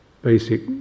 Basic